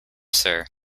sir